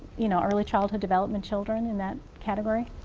you know early childhood development children in that category?